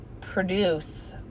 produce